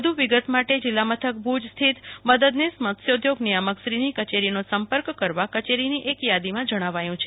વધુ વિગત માટે જિલ્લામથક ભુજસ્થિત મદદનિશ મત્સ્યોઘોગ નિયામકશ્રીની કચેરીનો સંપર્ક કરવા કચેરીની એક યાદીમાં જણાવાયું છે